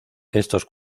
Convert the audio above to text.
estos